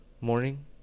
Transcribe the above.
morning